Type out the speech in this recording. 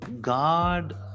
God